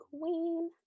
queen